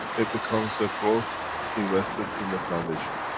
it becomes the growth invested in the foundation.